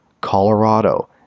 Colorado